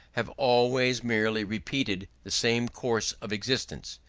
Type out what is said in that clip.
have always merely repeated the same course of existence.